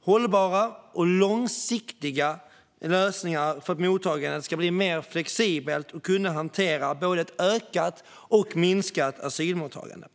hållbara och långsiktiga lösningar för att mottagandet ska bli mer flexibelt och kunna hantera både ett ökat och ett minskat asylsökande.